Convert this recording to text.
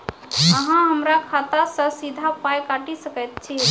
अहॉ हमरा खाता सअ सीधा पाय काटि सकैत छी?